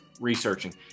researching